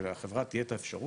שלחברה תהיה את האפשרות,